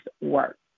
work